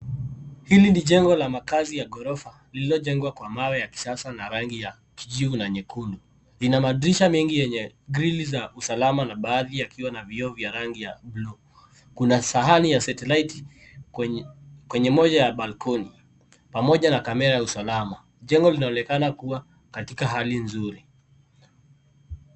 Hili ni jengo la makazi ya ghorofa lililojengwa kwa mawe ya kisasa na rangi ya kijivu na nyekundu. Ina madirisha mengi yenye dalili ya usalama na baadhi yakiwa na vioo vya rangi ya bluu. Kuna sahani ya setilaiti kwenye moja ya balcony pamoja na kamera ya usalama. Jengo linaonekana kuwa katika hali nzuri.